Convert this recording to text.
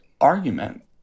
argument